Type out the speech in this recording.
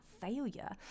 failure